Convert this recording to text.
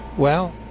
well.